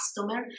customer